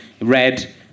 red